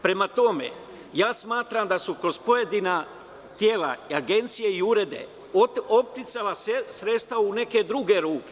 Prema tome, smatram da su kroz pojedina tela, agencije i urede oticala sredstva u neke druge ruke.